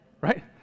right